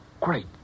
Great